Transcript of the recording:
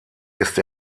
ist